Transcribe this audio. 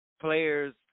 players